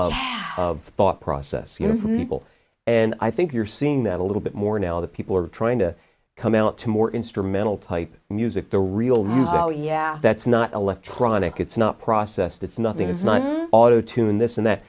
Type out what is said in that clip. level of thought process you know people and i think you're seeing that a little bit more now that people are trying to come out to more instrumental type music the real news out yeah that's not electronic it's not processed it's nothing it's not auto tune this and that